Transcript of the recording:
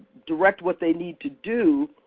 direct what they need to do